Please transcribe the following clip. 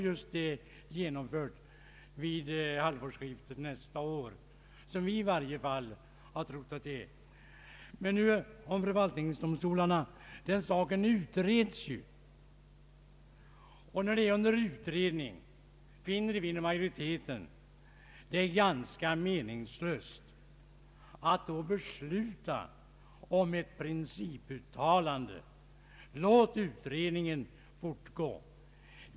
Frågan om förvaltningsdomstolarna utreds ju för närvarande. När denna fråga är under utredning, anser vi inom majoriteten det ganska meningslöst att besluta om ett principuttalande. Låt utredningen fortgå!